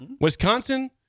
Wisconsin